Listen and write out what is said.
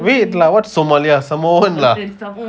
wait lah what samoania samoan lah